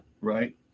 right